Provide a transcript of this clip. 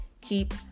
keep